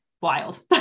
wild